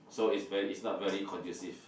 so is very is not very conducive